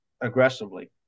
aggressively